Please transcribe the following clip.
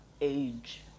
age